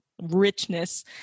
richness